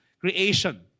creation